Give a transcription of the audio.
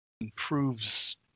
improves